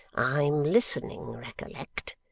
i'm listening, recollect.